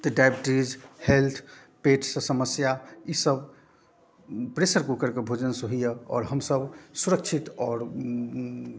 तऽ diabetes health पेट से समस्या ई सब प्रेशर कूकरके भोजनसँ होइया आओर हमसब सुरक्षित आओर